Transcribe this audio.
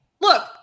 Look